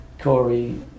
Corey